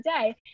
day